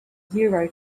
euro